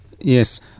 Yes